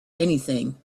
anything